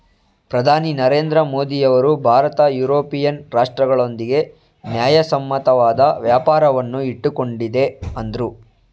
ಪ್ರಧಾನಿ ನರೇಂದ್ರ ಮೋದಿಯವರು ಭಾರತ ಯುರೋಪಿಯನ್ ರಾಷ್ಟ್ರಗಳೊಂದಿಗೆ ನ್ಯಾಯಸಮ್ಮತವಾದ ವ್ಯಾಪಾರವನ್ನು ಇಟ್ಟುಕೊಂಡಿದೆ ಅಂದ್ರು